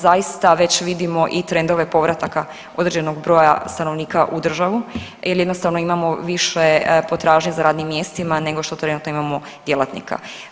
Zaista već vidimo i trendove povrataka određenog broja stanovnika u državu jel jednostavno imamo više potražnje za radnim mjestima nego što trenutno imamo djelatnika.